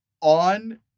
on